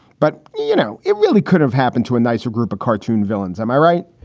but, you know, it really could have happened to a nicer group of cartoon villains. am i right?